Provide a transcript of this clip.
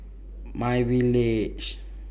MyVillage